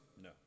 No